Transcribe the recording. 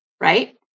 Right